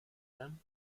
them